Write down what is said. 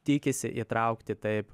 tikisi įtraukti taip